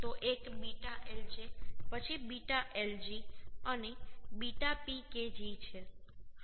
તે એક β lj પછી β lg અને β PKg છે